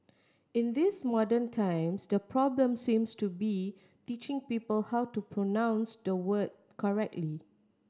in these modern times the problem seems to be teaching people how to pronounce the word correctly